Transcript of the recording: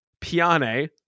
Piane